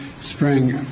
spring